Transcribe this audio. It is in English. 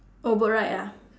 oh boat ride ah